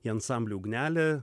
į ansamblį ugnelė